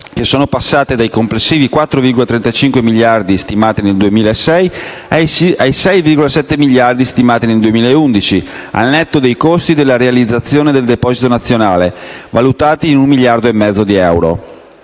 spesa, passate dai complessivi 4,35 miliardi di euro stimati nel 2006 ai 6,7 miliardi stimati nel 2011, al netto dei costi della realizzazione del deposito nazionale, valutati in 1,5 miliardi di euro.